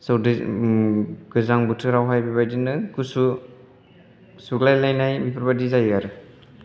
स' गोजां बोथोरावहाय बेबायदिनो गुसु सुग्लाय लायनाय बेफोरबायदि जायो आरो